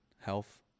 health